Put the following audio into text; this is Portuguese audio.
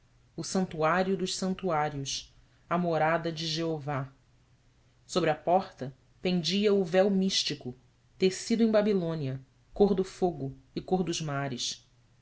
o santuário dos santuários a morada de jeová sobre a porta pendia o véu místico tecido em babilônia cor do fogo e cor dos mares